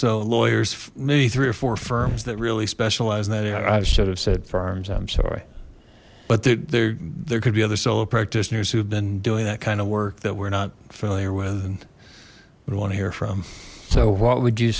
so lawyers maybe three or four firms that really specialize that i should have said farms i'm sorry but there there could be other solo practitioners who have been doing that kind of work that we're not familiar with and would want to hear from so what would you